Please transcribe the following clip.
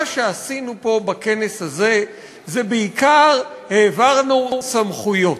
מה שעשינו פה, בכנס הזה, זה בעיקר העברנו סמכויות.